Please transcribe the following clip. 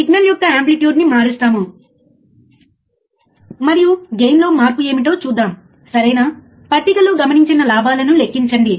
కాబట్టి సర్క్యూట్ చూద్దాం ఇప్పుడు మీరు మళ్ళీ స్క్రీన్ చూడవచ్చు స్క్రీన్లో మీరు చూస్తే uA741 ఉంది